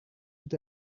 tout